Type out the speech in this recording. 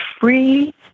free